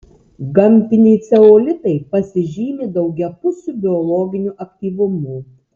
gamtiniai ceolitai pasižymi daugiapusiu biologiniu aktyvumu